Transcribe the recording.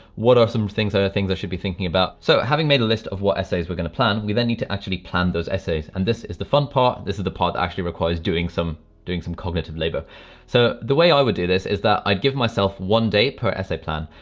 what are some things other things i should be thinking about? so, having made a list of what essays we're going to plan, we then need to actually plan those essays and this is the fun part. this is the part that actually requires doing some doing some cognitive labor so the way i would do this is that i'd give myself one day per essay plan.